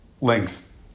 links